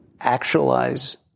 actualize